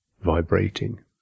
vibrating